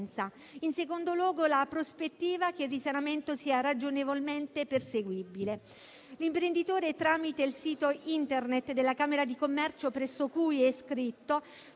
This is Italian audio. in secondo luogo, la prospettiva che il risanamento sia ragionevolmente perseguibile. L'imprenditore, tramite il sito Internet della camera di commercio presso cui è iscritto,